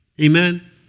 Amen